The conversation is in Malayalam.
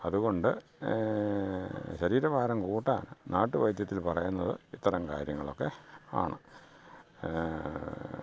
അതുകൊണ്ട് ശരീരഭാരം കൂട്ടാൻ നാട്ടുവൈദ്യത്തിൽ പറയുന്നത് ഇത്തരം കാര്യങ്ങളൊക്കെ ആണ്